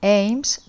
aims